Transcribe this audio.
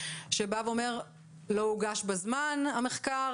שבא ואומר "לא הוגש בזמן המחקר,